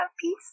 peace